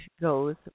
goes